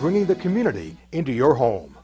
bringing the community into your home